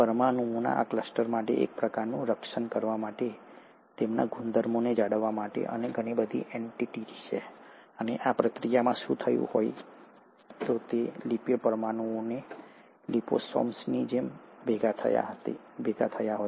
પરમાણુઓના આ ક્લસ્ટર માટે એક પ્રકારનું રક્ષણ કરવા અને તેમના ગુણધર્મોને જાળવવા માટે ઘણી વધુ એન્ટિટી હતી અને આ પ્રક્રિયામાં શું થયું હોત કે લિપિડ પરમાણુઓ લિપોસોમ્સની જેમ ભેગા થયા હોત